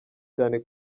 cyane